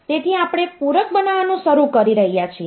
તેથી આપણે પૂરક બનાવવાનું શરૂ કરી રહ્યા છીએ